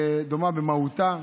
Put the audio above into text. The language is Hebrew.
דומה במהותה,